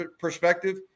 perspective